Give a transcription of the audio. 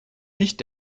nicht